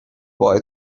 boy